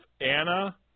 Anna